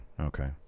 Okay